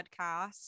podcast